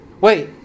Wait